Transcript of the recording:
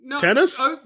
tennis